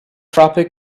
tropic